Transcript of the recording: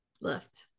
left